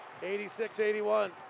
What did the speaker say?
86-81